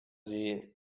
sie